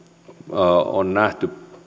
on nähty